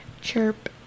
chirp